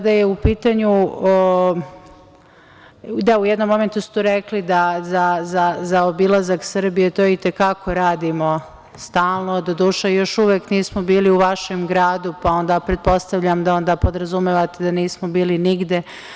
Kada je u pitanju, da, u jednom momentu ste rekli da za obilazak Srbije, to i te kako radimo stalno, doduše još uvek nismo bili u vašem gradu, pa onda pretpostavljam da podrazumevate da nismo bili nigde.